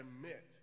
admit